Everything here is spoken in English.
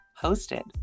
hosted